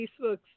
Facebook